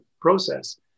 process